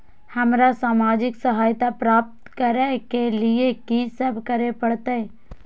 हमरा सामाजिक सहायता प्राप्त करय के लिए की सब करे परतै?